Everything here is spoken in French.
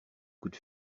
coups